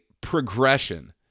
progression